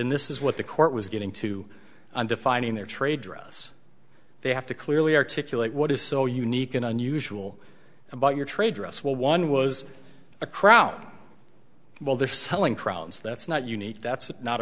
in this is what the court was getting to on defining their trade dress they have to clearly articulate what is so unique and unusual about your trade dress well one was a crown well they're selling problems that's not unique that's not